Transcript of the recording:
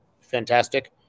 fantastic